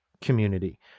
community